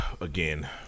Again